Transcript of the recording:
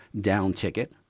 down-ticket